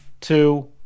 two